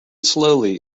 slowly